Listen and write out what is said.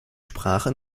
sprache